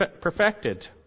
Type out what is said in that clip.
perfected